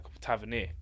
Tavernier